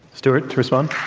stewart, response?